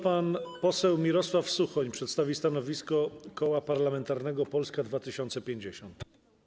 Pan poseł Mirosław Suchoń przedstawi stanowisko Koła Parlamentarnego Polska 2050.